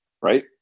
Right